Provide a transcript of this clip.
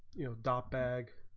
you adopt bank